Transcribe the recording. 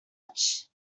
much